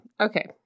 Okay